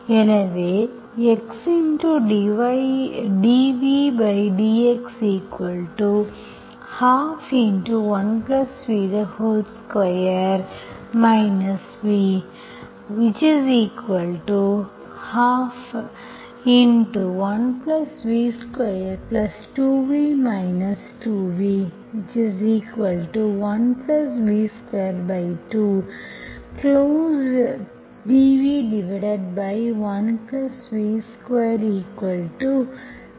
எனவே XdvdX121v2 v121v22v 2v1v22 closed dv1v2dX2X உள்ளது